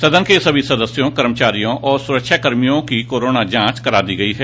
सदन के सभी सदस्यों कर्मचारियों और सुरक्षा कर्मियों की कोरोना जांच करा दी गई है